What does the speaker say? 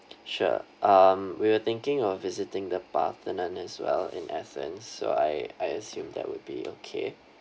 sure um we're thinking of visiting the parthenon as well in athens so I I assume that would be okay